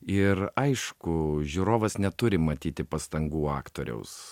ir aišku žiūrovas neturi matyti pastangų aktoriaus